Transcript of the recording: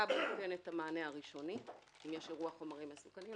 כב"ה נותן את המענה הראשוני אם יש אירוע חומרים מסוכנים,